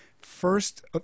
first